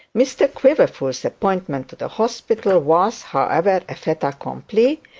mr quiverful's appointment to the hospital was, however, a fait accompli,